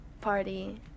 party